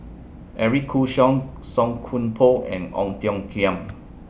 Eric Khoo Song Koon Poh and Ong Tiong Khiam